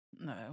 No